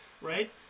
right